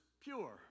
pure